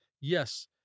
yes